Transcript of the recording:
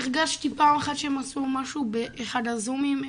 הרגשתי פעם אחת שהם עשו משהו באחד הזומים,